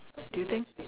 do you think